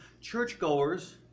churchgoers